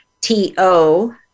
T-O